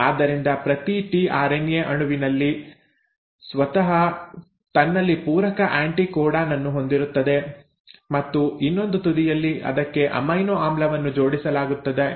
ಆದ್ದರಿಂದ ಪ್ರತಿ ಟಿಆರ್ಎನ್ಎ ಅಣುವಿನಲ್ಲಿ ಸ್ವತಃ ತನ್ನಲ್ಲಿ ಪೂರಕ ಆ್ಯಂಟಿಕೋಡಾನ್ ಅನ್ನು ಹೊಂದಿರುತ್ತದೆ ಮತ್ತು ಇನ್ನೊಂದು ತುದಿಯಲ್ಲಿ ಅದಕ್ಕೆ ಅಮೈನೊ ಆಮ್ಲವನ್ನು ಜೋಡಿಸಲಾಗಿರುತ್ತದೆ